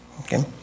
okay